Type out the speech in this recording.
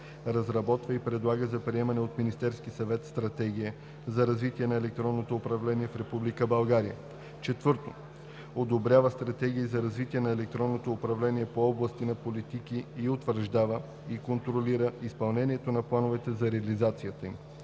разработва и предлага за приемане от Министерския съвет Стратегия за развитие на електронното управление в Република България; 4. одобрява стратегии за развитие на електронното управление по области на политики и утвърждава, и контролира изпълнението на плановете за реализацията им;